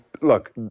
look